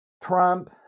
Trump